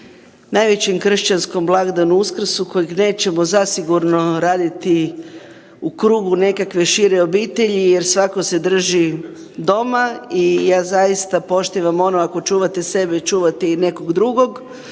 najvećem kršćanskom blagdanu Uskrsu kojeg nećemo zasigurno raditi u krugu nekakve šire obitelji jer svatko se drži doma i ja zaista poštivam ono ako čuvate sebe, čuvate i nekog drugog